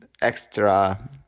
extra